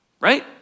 right